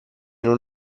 non